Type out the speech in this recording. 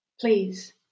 Please